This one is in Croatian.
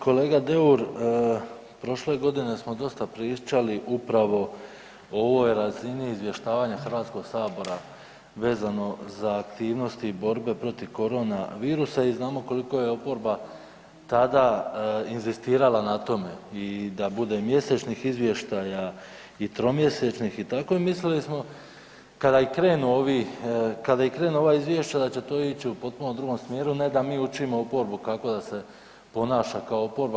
Kolega Deur, prošle godine smo dosta pričali upravo o ovoj razini izvještavanja Hrvatskog sabora vezano za aktivnosti i borbe protiv korona virusa i znamo koliko je oporba tada inzistirala na tome i da bude mjesečnih izvještaja i tromjesečnih i tako i mislili smo kada i krenu ovi, kada i krenu ova izvješća da će to ići u potpuno drugom smjeru ne da mi učimo oporbu kako da se ponaša kao oporba.